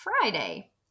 Friday